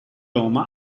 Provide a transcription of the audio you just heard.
roma